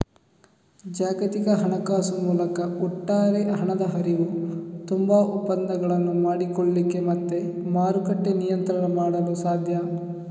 ಜಾಗತಿಕ ಹಣಕಾಸು ಮೂಲಕ ಒಟ್ಟಾರೆ ಹಣದ ಹರಿವು, ತುಂಬಾ ಒಪ್ಪಂದಗಳನ್ನು ಮಾಡಿಕೊಳ್ಳಿಕ್ಕೆ ಮತ್ತೆ ಮಾರುಕಟ್ಟೆ ನಿಯಂತ್ರಣ ಮಾಡಲು ಸಾಧ್ಯ